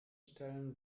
stellen